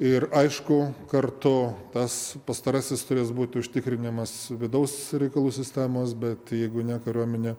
ir aišku kartu tas pastarasis turės būti užtikrinimas vidaus reikalų sistemos bet jeigu ne kariuomenė